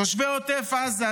תושבי עוטף עזה,